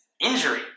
injury